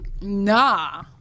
nah